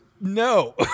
no